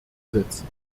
setzen